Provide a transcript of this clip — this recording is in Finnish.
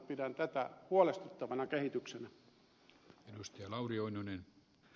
pidän tätä huolestuttavana kehityksenä